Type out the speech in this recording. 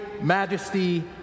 majesty